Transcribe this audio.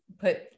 put